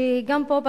שגם פה,